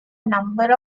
number